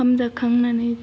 ओंखाम जाखांनानै